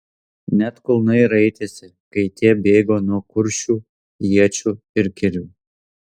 net kulnai raitėsi kai tie bėgo nuo kuršių iečių ir kirvių